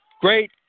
Great